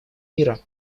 мира